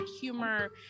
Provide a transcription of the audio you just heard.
humor